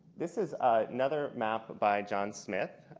this is another map by john smith.